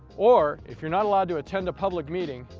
or if you're not allowed to attend a public meeting,